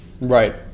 right